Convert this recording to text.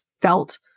felt